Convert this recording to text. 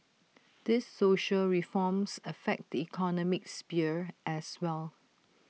these social reforms affect the economic sphere as well